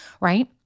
Right